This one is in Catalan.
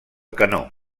canó